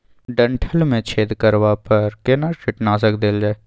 डंठल मे छेद करबा पर केना कीटनासक देल जाय?